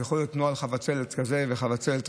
יכול להיות נוהל חבצלת כזה או אחר,